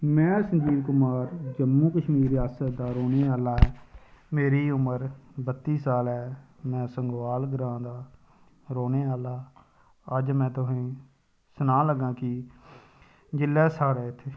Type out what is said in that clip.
में संजीव कुमार जम्मू कश्मीर रियासत दा रौह्ने आह्ला ऐ मेरी उम्र बत्ती साल ऐ में संगवाल ग्रांऽ दा रौह्ने आह्ला अज्ज में तोहें ई सनान लग्गा की जेल्लै साढ़े इ'त्थें